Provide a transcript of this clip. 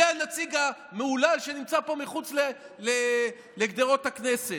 זה הנציג המהולל שנמצא פה מחוץ לגדרות הכנסת.